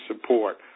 support